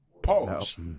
Pause